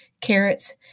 carrots